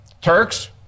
turks